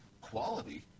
quality